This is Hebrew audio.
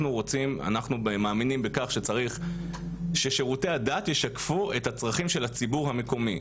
אנחנו מאמינים בכך שצריך ששירותי הדת ישקפו את הצרכים של הציבור המקומי.